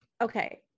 okay